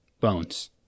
bones